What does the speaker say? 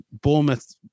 Bournemouth